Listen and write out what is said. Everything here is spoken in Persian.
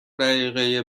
دقیقه